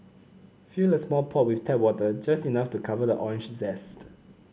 fill a small pot with tap water just enough to cover the orange zest